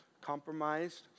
compromised